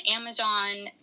Amazon